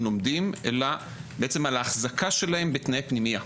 לומדים אלא בעצם על האחזקה שלהם בתנאי פנימייה.